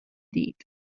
دید